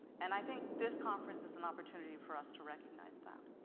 and i think this conference is an opportunity for us to recognize that.